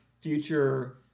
future